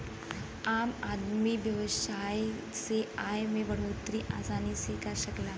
आम आदमी व्यवसाय से आय में बढ़ोतरी आसानी से कर सकला